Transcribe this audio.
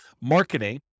marketing